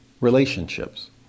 relationships